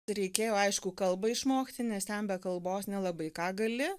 reikėjo aišku kalbą išmokti nes ten be kalbos nelabai ką gali